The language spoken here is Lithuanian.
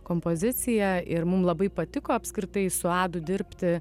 kompoziciją ir mum labai patiko apskritai su adu dirbti